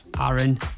Aaron